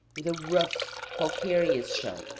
with a rough, calcareous shell.